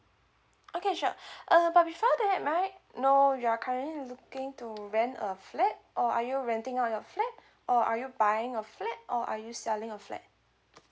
okay sure uh but before that may I know you are currently looking to rent a flat or are renting out your flat or are you buying a flat or are you selling a flat